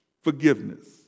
forgiveness